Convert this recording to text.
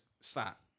stop